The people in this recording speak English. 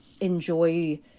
enjoy